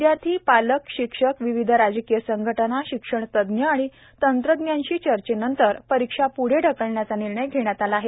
विद्यार्थी पालक शिक्षक विविध राजकीय संघटना शिक्षण तज्ज्ञ आणि तंत्रजांशी चर्चेनंतर परिक्षा प्ढे ढकलण्याचा निर्णय घेण्यात आला आहे